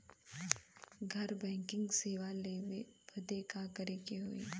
घर बैकिंग सेवा लेवे बदे का करे के होई?